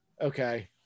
okay